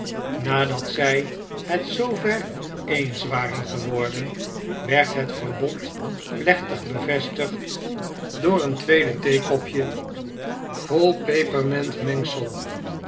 nadat zij het zoover eens waren geworden werd het verbond plechtig bevestigd door een tweede theekopje vol